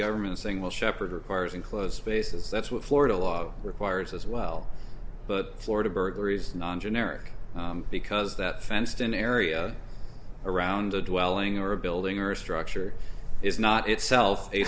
government is saying well shepherd requires enclosed spaces that's what florida law requires as well but florida burglaries non generic because that fenced in area around a dwelling or a building or a structure is not itself a